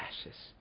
ashes